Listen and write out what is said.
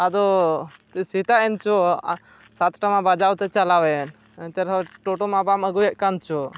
ᱟᱫᱚ ᱥᱮᱛᱟᱜ ᱮᱱᱪᱚ ᱥᱟᱛᱴᱟ ᱢᱟ ᱵᱟᱡᱟᱣ ᱛᱮ ᱪᱟᱞᱟᱣᱮᱱ ᱮᱱᱛᱮ ᱨᱮᱦᱚᱸ ᱴᱳᱴᱳ ᱢᱟ ᱵᱟᱢ ᱟᱹᱜᱩᱭᱮᱫ ᱠᱟᱱ ᱪᱚ